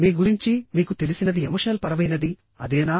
మీ గురించి మీకు తెలిసినది ఎమోషనల్ పరమైనది అదేనా